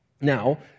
Now